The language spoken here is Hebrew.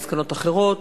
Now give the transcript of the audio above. מסקנות אחרות,